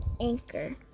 anchor